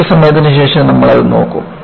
കുറച്ച് സമയത്തിന് ശേഷം നമ്മൾ അത് നോക്കും